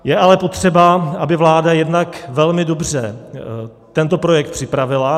Je ale potřeba, aby vláda jednak velmi dobře tento projekt připravila.